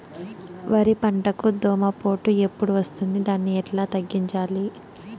వరి పంటకు దోమపోటు ఎప్పుడు వస్తుంది దాన్ని ఎట్లా తగ్గించాలి?